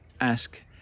ask